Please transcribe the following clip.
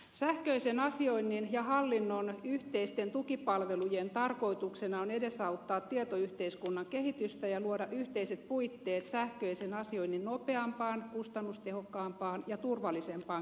sähköisen asioinnin ja hallinnon yhteisten tukipalvelujen tarkoituksena on edesauttaa tietoyhteiskunnan kehitystä ja luoda yhteiset puitteet sähköisen asioinnin nopeampaan kustannustehokkaampaan ja turvallisempaan kehittämiseen